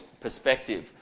perspective